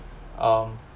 um